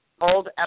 old